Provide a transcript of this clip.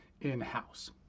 in-house